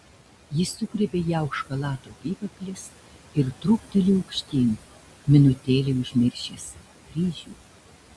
jis sugriebė ją už chalato apykaklės ir truktelėjo aukštyn minutėlei užmiršęs kryžių